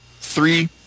three